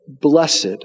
blessed